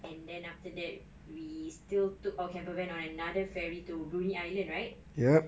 and then after that we still took our camper van on another ferry to bruny island right yup